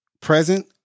present